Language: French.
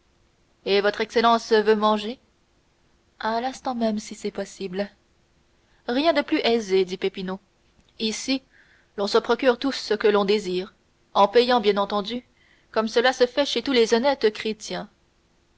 et votre excellence veut manger à l'instant même si c'est possible rien de plus aisé dit peppino ici l'on se procure tout ce que l'on désire en payant bien entendu comme cela se fait chez tous les honnêtes chrétiens